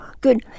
good